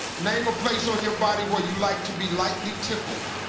name a place on your body where you like to be lightly tickled.